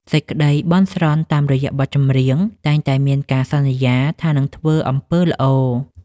សេចក្ដីបន់ស្រន់តាមរយៈបទចម្រៀង តែងតែមានការសន្យាថានឹងធ្វើអំពើល្អ។